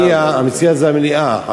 המציע זה מליאה.